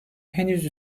henüz